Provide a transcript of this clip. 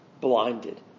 blinded